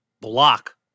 block